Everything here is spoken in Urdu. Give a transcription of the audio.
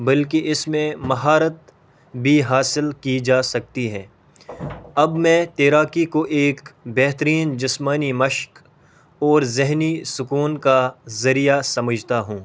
بلکہ اس میں مہارت بھی حاصل کی جا سکتی ہے اب میں تیراکی کو ایک بہترین جسمانی مشق اور ذہنی سکون کا ذریعہ سمجھتا ہوں